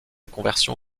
conversion